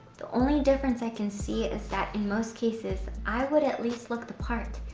the only difference i can see it is that in most cases, i would at least look the part,